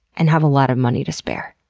and have a lot of money to spare.